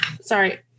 Sorry